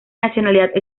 nacionalidad